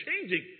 changing